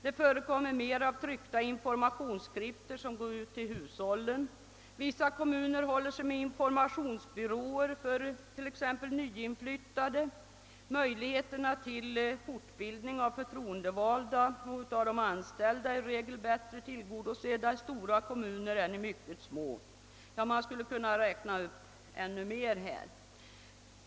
Det förekommer mera av tryckta informationsskrifter, som går ut till hushållen, vissa kommuner håller sig med informationsbyråer för t.ex. nyinflyttade. Möjligheterna till fortbildning av förtroendevalda och av de anställda är i regel bättre tillgodosedda i stora kommuner än i mycket små. — Ja, man skulle kunna räkna upp ännu mera här.